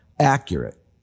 accurate